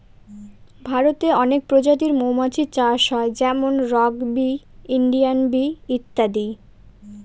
ভারতে অনেক প্রজাতির মৌমাছি চাষ হয় যেমন রক বি, ইন্ডিয়ান বি ইত্যাদি